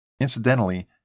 Incidentally